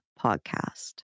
podcast